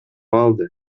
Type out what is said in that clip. алды